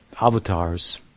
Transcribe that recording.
avatars